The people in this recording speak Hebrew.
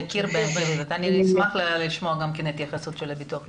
אנחנו נשמח לשמוע אחר כך התייחסות של הביטוח הלאומי.